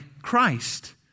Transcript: Christ